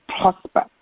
prosper